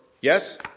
Yes